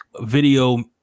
video